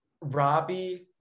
Robbie